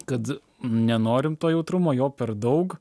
kad nenorim to jautrumo jo per daug